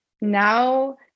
now